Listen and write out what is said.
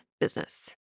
business